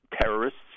terrorists